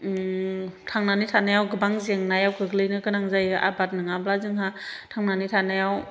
थांनानै थानायाव गोबां जेंनायाव गोग्लैनो गोनां जायो आबाद नंङाब्ला जोंहा थांनानै थानायाव